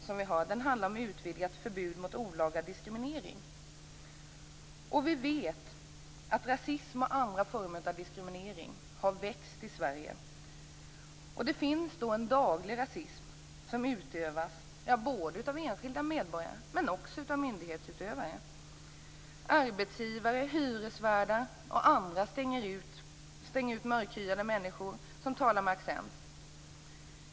Vår första reservation handlar om utvidgat förbud mot olaglig diskriminering. Vi vet att rasism och andra former av diskriminering har växt i Sverige. Det finns en daglig rasism som utövas både av enskilda medborgare och av myndighetsutövare. Arbetsgivare, hyresvärdar och andra stänger ute mörkhyade människor som talar med accent.